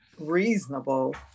reasonable